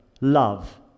love